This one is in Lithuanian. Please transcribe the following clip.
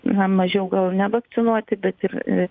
na mažiau gal nevakcinuoti bet ir